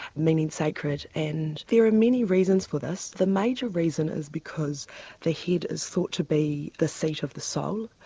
meaning sacred, and there are many reasons for this. the major reason is because the head is thought to be the seat of the soul.